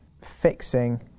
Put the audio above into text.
fixing